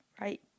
right